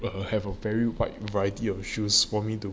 err have a very wide variety of shoes for me to